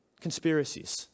Conspiracies